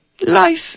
Life